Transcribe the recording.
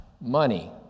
money